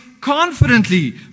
confidently